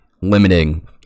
limiting